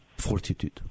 fortitude